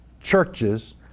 churches